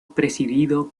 presidido